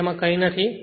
અને તેમાં કંઈ નથી